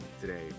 today